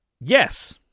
Yes